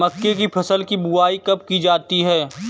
मक्के की फसल की बुआई कब की जाती है?